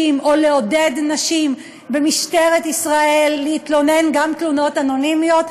או לעודד נשים במשטרת ישראל להתלונן גם תלונות אנונימיות.